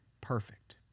perfect